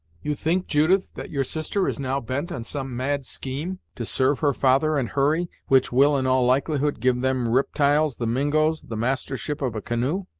you think, judith that your sister is now bent on some mad scheme to serve her father and hurry, which will, in all likelihood, give them riptyles the mingos, the mastership of a canoe?